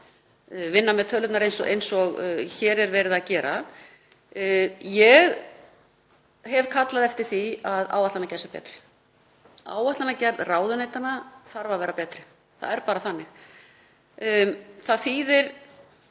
vinna með tölurnar eins og hér er verið að gera? Ég hef kallað eftir því að áætlanagerð sé betri, áætlanagerð ráðuneytanna þarf að vera betri. Það er bara þannig. Það þýðir